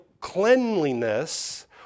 cleanliness